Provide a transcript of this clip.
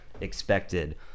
expected